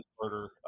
murder